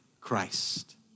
Christ